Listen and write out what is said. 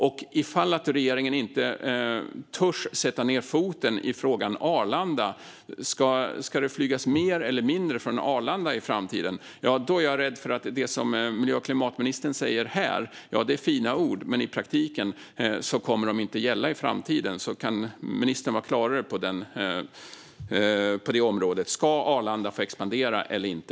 Om regeringen inte törs sätta ned foten i frågan om det ska flygas mer eller mindre från Arlanda i framtiden är jag rädd att det som miljö och klimatministern säger här bara är fina ord som i praktiken inte kommer att gälla i framtiden. Kan ministern vara klarare på det området: Ska Arlanda få expandera eller inte?